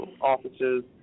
offices